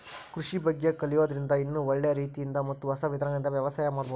ಕೃಷಿ ಬಗ್ಗೆ ಕಲಿಯೋದ್ರಿಂದ ಇನ್ನೂ ಒಳ್ಳೆ ರೇತಿಯಿಂದ ಮತ್ತ ಹೊಸ ವಿಧಾನಗಳಿಂದ ವ್ಯವಸಾಯ ಮಾಡ್ಬಹುದು